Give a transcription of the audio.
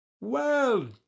Well